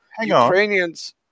Ukrainians